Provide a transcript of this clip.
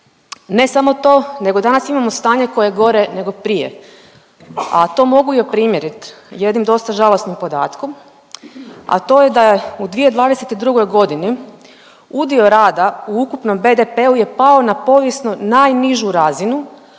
Ne samo to, nego danas imamo stanje koje je gore nego prije, a to mogu i oprimjeriti jednim dosta žalosnim podatkom, a to je da je u 2022. godini udio rada u ukupnom BDP-u je pao na povijesno najnižu razinu,